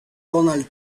donald